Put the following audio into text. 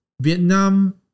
Vietnam